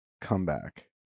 comeback